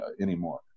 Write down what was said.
anymore